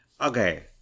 Okay